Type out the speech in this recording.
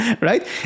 right